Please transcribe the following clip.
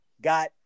got